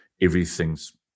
everything's